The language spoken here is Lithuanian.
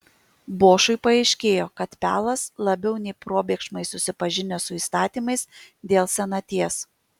bošui paaiškėjo kad pelas labiau nei probėgšmais susipažinęs su įstatymais dėl senaties